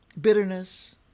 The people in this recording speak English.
bitterness